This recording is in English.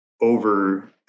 over